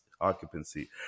Occupancy